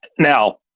Now